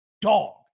dog